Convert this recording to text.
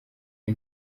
iyi